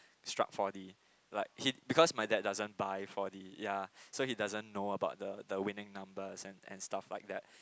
struck four D like he because my dad doesn't buy four D ya so he doesn't know about the the winning numbers and stuff like that